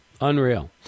Unreal